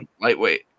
Lightweight